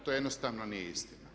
To jednostavno nije istina.